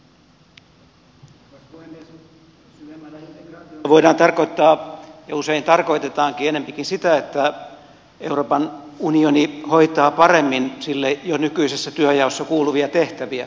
syvemmällä integraatiolla voidaan tarkoittaa ja usein tarkoitetaankin enempikin sitä että euroopan unioni hoitaa paremmin sille jo nykyisessä työnjaossa kuuluvia tehtäviä